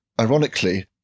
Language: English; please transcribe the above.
ironically